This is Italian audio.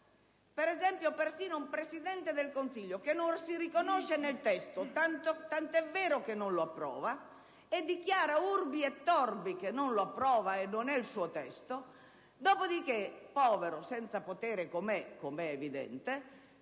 per esempio, persino un Presidente del Consiglio che non si riconosce nel testo, tanto è vero che non lo approva e dichiara *urbi et orbi* che non lo approva e non è il suo testo; dopo di che, povero, senza potere com'é, com'è evidente,